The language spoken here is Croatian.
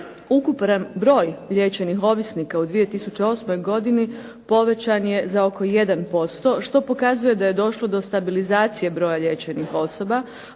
Ukupan broj liječenih ovisnika u 2008. godini povećan je za oko 1% što pokazuje da je došlo do stabilizacije broja liječenih osoba